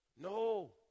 No